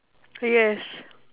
yes